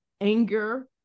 anger